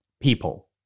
People